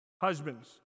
Husbands